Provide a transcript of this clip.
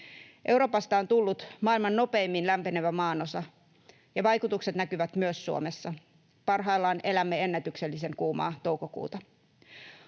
Euroopasta on tullut maailman nopeimmin lämpenevä maanosa, ja vaikutukset näkyvät myös Suomessa. Parhaillaan elämme ennätyksellisen kuumaa toukokuuta.